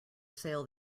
sail